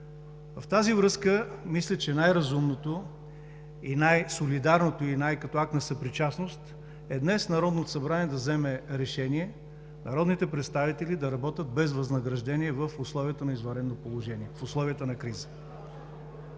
В тази връзка мисля, че най-разумното и най-солидарното, и най като акт на съпричастност е днес Народното събрание да вземе решение народните представители да работят без възнаграждение в условията на извънредно положение, в условията на криза.